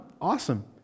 awesome